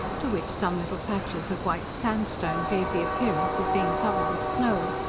to which some little patches of white sandstone gave the appearance of being covered with snow.